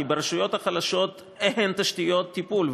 כי ברשויות החלשות אין תשתיות טיפול,